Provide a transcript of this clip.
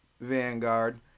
Vanguard